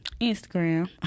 Instagram